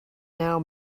now